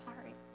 sorry